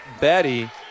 Betty